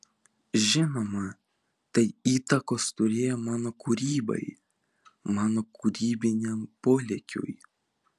žinoma tai įtakos turėjo mano kūrybai mano kūrybiniam polėkiui